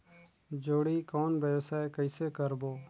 जोणी कौन व्यवसाय कइसे करबो?